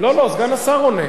סגן שר האוצר.